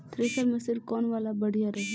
Thresher machine कौन वाला बढ़िया रही?